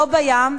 לא בים,